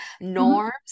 norms